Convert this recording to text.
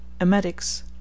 emetics